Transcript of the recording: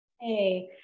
Hey